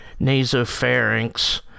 nasopharynx